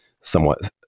somewhat